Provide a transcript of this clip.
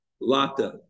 Lata